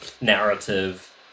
narrative